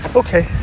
okay